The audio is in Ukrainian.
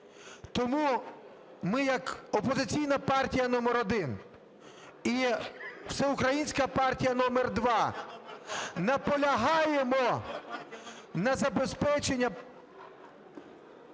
Тому ми як опозиційна партія номер один і всеукраїнська партія номер два наполягаємо на забезпечення